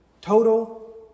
Total